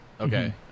okay